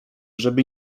żeby